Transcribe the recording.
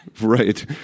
Right